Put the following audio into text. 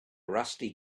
rusty